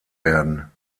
werden